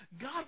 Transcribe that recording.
God